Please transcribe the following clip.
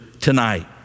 tonight